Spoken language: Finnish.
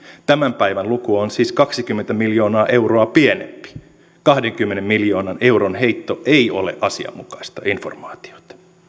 tämän päivän luku on siis kaksikymmentä miljoonaa euroa pienempi kahdenkymmenen miljoonan euron heitto ei ole asianmukaista informaatiota